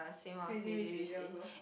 Crazy Rich Asian also